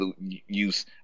use